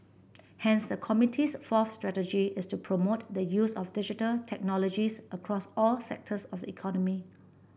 hence the committee's fourth strategy is to promote the use of Digital Technologies across all sectors of economy